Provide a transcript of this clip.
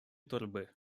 торби